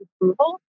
approval